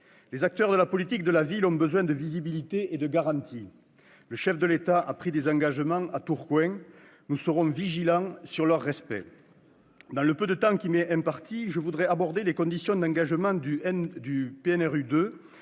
Les acteurs de la politique de la ville ont besoin de visibilité et de garanties. Le chef de l'État a pris des engagements à Tourcoing. Nous serons vigilants sur leur respect. Dans le peu de temps qui m'est imparti, je voudrais aborder les conditions d'engagement du NPNRU